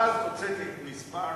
ואז הוצאתי את מספר